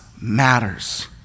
matters